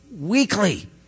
weekly